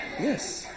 Yes